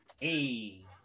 hey